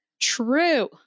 True